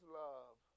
love